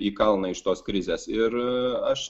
į kalną iš tos krizės ir aš